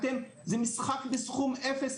זה משחק סכום אפס,